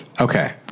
Okay